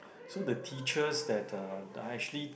so the teachers that uh are actually